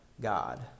God